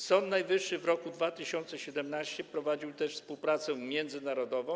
Sąd Najwyższy w roku 2017 prowadził też współpracę międzynarodową.